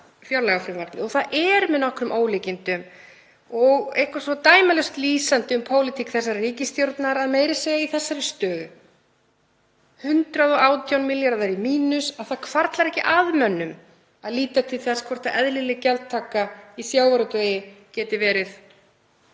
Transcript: fjárlagafrumvarpið. Það er með nokkrum ólíkindum og eitthvað svo dæmalaust lýsandi um pólitík þessarar ríkisstjórnar að meira að segja í þessari stöðu, 118 milljarðar í mínus, hvarflar ekki að mönnum að líta til þess hvort eðlileg gjaldtaka í sjávarútvegi geti verið